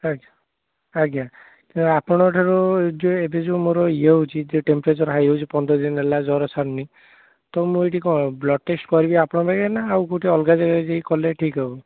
ଆଚ୍ଛା ଆଜ୍ଞା ଆପଣଙ୍କଠାରୁ ଏବେ ଯେଉଁ ମୋର ୟେ ହେଉଛି ଟେମ୍ପ୍ରେଚର ହାଇ ହେଉଛି ପନ୍ଦର୍ ଦିନ୍ ହେଲା ଜ୍ଵର ଛାଡ଼ୁନି ତ ମୁଁ ଏଠି କ'ଣ ବ୍ଲଡ୍ ଟେଷ୍ଟ୍ କରିବି ନା ଆପଣଙ୍କ ପାଖରେ ନା ଆଉ କେଉଁଠି ଅଲଗା ଜାଗାରେ ଯାଇକି କଲେ ଠିକ୍ ହବ